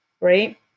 right